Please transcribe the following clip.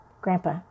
Grandpa